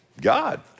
God